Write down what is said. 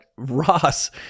Ross